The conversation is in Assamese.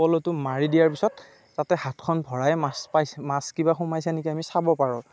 পলটো মাৰি দিয়াৰ পিছত তাতে হাতখন ভৰাই মাছ পাই মাছ কিবা সোমাইছে নেকি আমি চাব পাৰোঁ